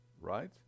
right